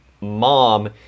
mom